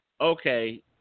okay